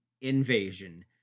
invasion